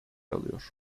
alıyor